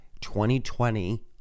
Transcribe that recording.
2020